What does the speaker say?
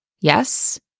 Yes